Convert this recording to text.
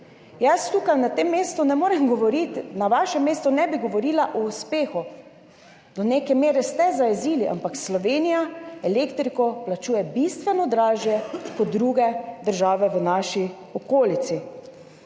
Jaz tukaj na tem mestu ne morem govoriti, na vašem mestu ne bi govorila o uspehu, do neke mere ste zajezili, ampak Slovenija elektriko plačuje bistveno dražje kot druge države v naši okolici.